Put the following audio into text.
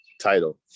title